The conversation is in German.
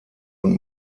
und